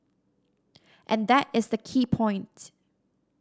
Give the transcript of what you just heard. and that is a key point